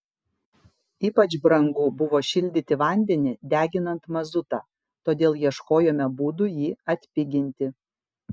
ypač brangu buvo šildyti vandenį deginant mazutą todėl ieškojome būdų jį atpiginti